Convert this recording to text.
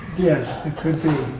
yes, it could be.